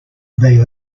they